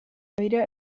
beira